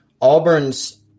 Auburn's